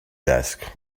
desk